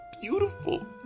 beautiful